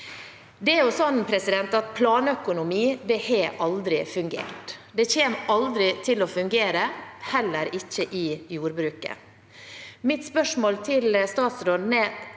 Planøkonomi har aldri fungert. Det kommer aldri til å fungere, heller ikke i jordbruket.